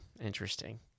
Interesting